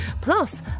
plus